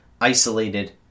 isolated